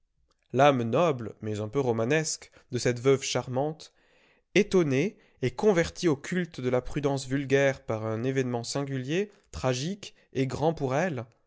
l'âme noble mais un peu romanesque de cette veuve charmante étonnée et convertie au culte de la prudence vulgaire par un événement singulier tragique et grand pour elle